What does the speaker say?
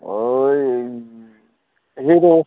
ওই হিরো